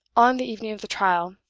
on the evening of the trial,